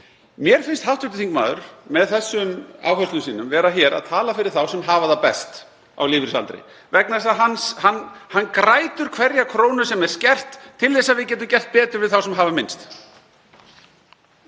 Mér finnst hv. þingmaður með þessum áherslum sínum vera hér að tala fyrir þá sem hafa það best á lífeyrisaldri vegna þess að hann grætur hverja krónu sem er skert til að við getum gert betur við þá sem hafa minnst.